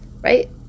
right